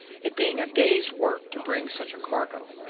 it being a day's work to bring such a cargo.